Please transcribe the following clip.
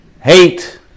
hate